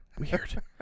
Weird